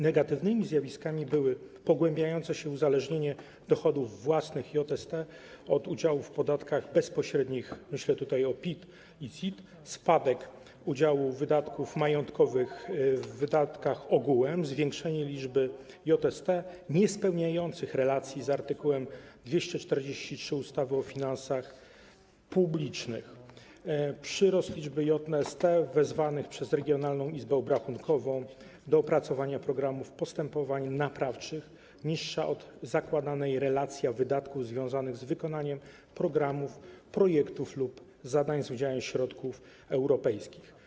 Negatywnymi zjawiskami były pogłębiające się uzależnienie dochodów własnych JST od udziału w podatkach bezpośrednich - myślę tutaj o PIT i CIT - spadek udziału wydatków majątkowych w wydatkach ogółem, zwiększenie liczby JST niespełniających relacji z art. 243 ustawy o finansach publicznych, przyrost liczby JST wezwanych przez regionalną izbę obrachunkową do opracowania programów postępowań naprawczych, niższa od zakładanej relacja wydatków związanych z wykonaniem programów, projektów lub zadań z udziałem środków europejskich.